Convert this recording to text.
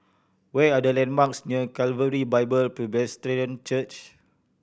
where are the landmarks near Calvary Bible Presbyterian Church